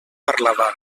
parlavà